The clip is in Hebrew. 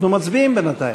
מצביעים בינתיים,